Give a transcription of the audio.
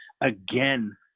again